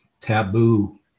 taboo